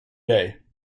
day